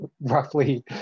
roughly